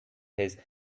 his